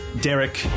Derek